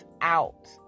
out